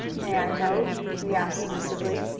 may i go? he asked submissively.